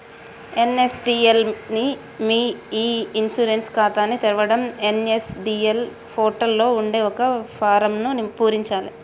NSDL మీ e insurance ఖాతాని తెరవడం ఎన్.ఎస్.డి.ఎల్ పోర్టల్ లో ఉండే ఒక ఫారమ్ను పూరించాలే